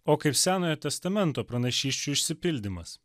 o kaip senojo testamento pranašysčių išsipildymas